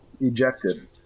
ejected